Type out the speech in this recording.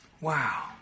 Wow